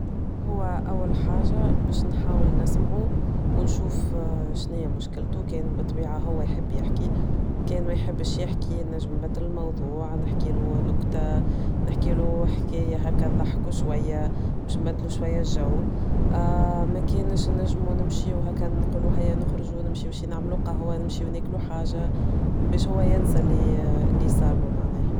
هو أول حاجة باش نحاول نسمعو ونشوف شناهي مشكلتو كان بالطبيعة هو يحب يحكي كان ما يحبش يحكي نجم نبدل الموضوع نحكيلو نكتة نحكيلو حكاية هكا تضحكو شوية باش نبدلو شوية الجو. ما كايناش نجمو نمشيو وهاكا نقولو هيا نخرجو ونمشيو شي نعملو قهوة نمشيو ناكلو حاجة، باش هو ينسى اللي صار لو معناه.